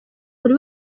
buri